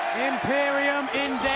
imperium in